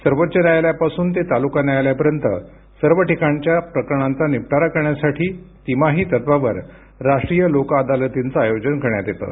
सर्वोच्च न्यायालयापासून ते तालुका न्यायालयापर्यंत सर्व ठिकाणच्या प्रकरणांचा निपटारा करण्यासाठी तिमाही तत्वावर राष्ट्रीय लोक अदालतींचं आयोजन करण्यात येतं